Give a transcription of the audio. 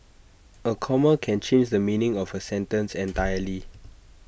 A comma can change the meaning of A sentence entirely